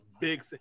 big